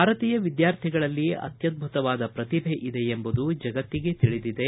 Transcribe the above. ಭಾರತೀಯ ವಿದ್ಯಾರ್ಥಿಗಳಲ್ಲಿ ಅತ್ಯದ್ಧುಕವಾದ ಪ್ರತಿಭೆ ಇದೆ ಎಂಬುದು ಜಗತ್ತಿಗೆ ತಿಳಿದಿದೆ